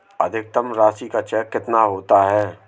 अधिकतम राशि का चेक कितना होता है?